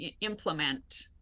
implement